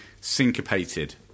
syncopated